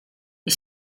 gli